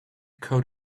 coat